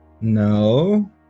No